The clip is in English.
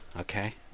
okay